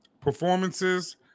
performances